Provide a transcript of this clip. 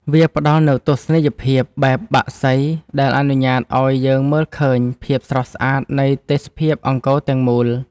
វាផ្ដល់នូវទស្សនីយភាពបែបបក្សី ដែលអនុញ្ញាតឱ្យយើងមើលឃើញភាពស្រស់ស្អាតនៃទេសភាពអង្គរទាំងមូល។